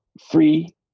free